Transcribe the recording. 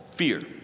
fear